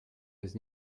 his